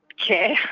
care